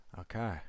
okay